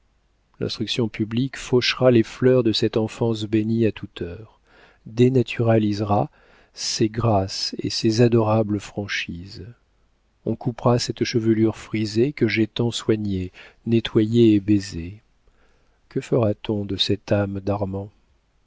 l'instruction publique fauchera les fleurs de cette enfance bénie à toute heure dénaturalisera ces grâces et ces adorables franchises on coupera cette chevelure frisée que j'ai tant soignée nettoyée et baisée que fera-t-on de cette âme